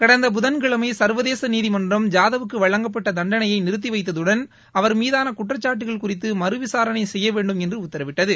கடந்த புதன்கிழமை சா்வதேச நீதிமன்றம் ஜாதவ்க்கு வழங்கப்பட்ட தண்டனையை நிறுத்தி வைத்ததுடன் அவா மீதான குற்றச்சாட்டுகள் குறித்து மறுவிசாரணை செய்யவேண்டும் என்று உத்தரவிட்டது